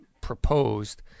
proposed